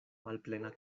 malplena